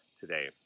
today